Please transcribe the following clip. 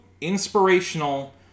inspirational